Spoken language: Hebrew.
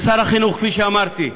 שר החינוך, כפי שאמרתי,